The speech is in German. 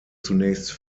zunächst